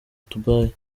dubai